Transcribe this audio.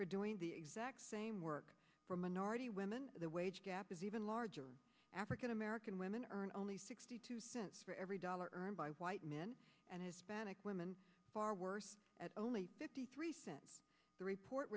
for doing the exact same work for minority women the wage gap is even larger african american women earn only sixty two cents for every dollar earned by white men and hispanic women far worse at only fifty three cents the report